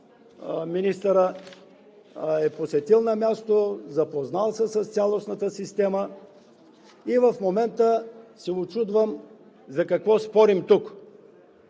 Министърът я е посетил на място, запознал се е с цялостната система и в момента се учудвам за какво спорим тук?!